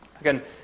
Again